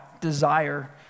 desire